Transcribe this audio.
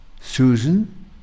Susan